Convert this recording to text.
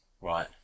right